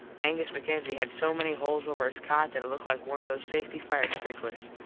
angus mackenzie had so many holes over his cot that it looked like one of those safety fire sprinklers.